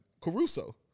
Caruso